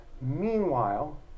Meanwhile